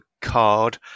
card